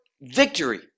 victory